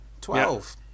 Twelve